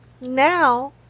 Now